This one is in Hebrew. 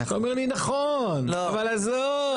אתה אומר לי נכון, אבל עזוב.